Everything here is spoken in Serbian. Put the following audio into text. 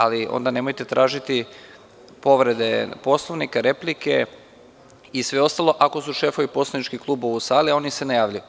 Ali, onda nemojte tražiti povrede Poslovnika, replike i sve ostalo ako su šefovi poslaničkih klubova u sali a oni se ne javljaju.